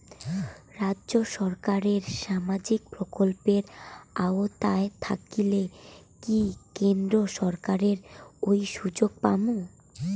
রাজ্য সরকারের সামাজিক প্রকল্পের আওতায় থাকিলে কি কেন্দ্র সরকারের ওই সুযোগ পামু?